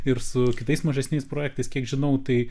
ir su kitais mažesniais projektais kiek žinau tai